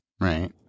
Right